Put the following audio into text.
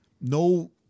no